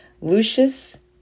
Lucius